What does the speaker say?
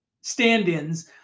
stand-ins